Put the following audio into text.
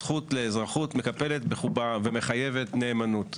הזכות לאזרחות מקפלת בחובה ומחייבת נאמנות,